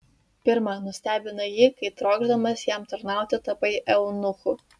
pirma nustebinai jį kai trokšdamas jam tarnauti tapai eunuchu